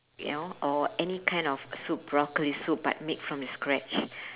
you know or any kind of soup broccoli soup but made from the scratch